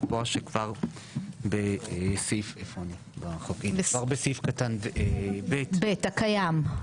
לקבוע שכבר בסעיף קטן ב' ב' הקיים,